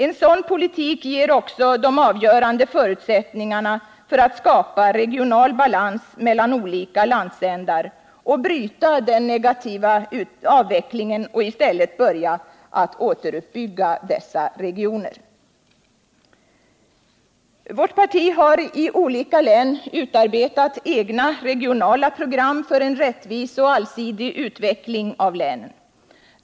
En sådan politik ger också de avgörande förutsättningarna för att skapa regional balans mellan olika landsändar, bryta den negativa avvecklingen och i stället börja återuppbygga dessa regioner. Vårt parti har i olika län utarbetat egna regionala program för en rättvis och allsidig utveckling av länen.